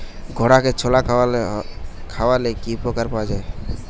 ঘোড়াকে ছোলা খাওয়ালে কি উপকার পাওয়া যায়?